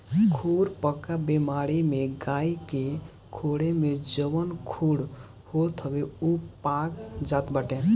खुरपका बेमारी में गाई के गोड़े में जवन खुर होत हवे उ पाक जात बाटे